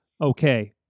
okay